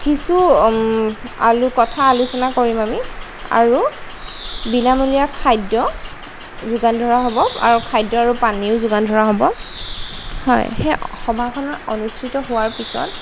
কিছু আলো কথা আলোচনা কৰিম আমি আৰু বিনামূলীয়া খাদ্য যোগান ধৰা হ'ব আৰু খাদ্য আৰু পানীও যোগান ধৰা হ'ব হয় সেই সভাখন অনুষ্ঠিত হোৱাৰ পিছত